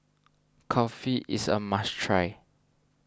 Kulfi is a must try